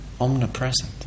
omnipresent